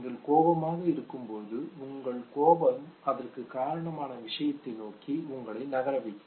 நீங்கள் கோபமாக இருக்கும்போது உங்கள் கோபம் அதற்கு காரணமான விஷயத்தை நோக்கி உங்களை நகர வைக்கும்